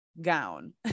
gown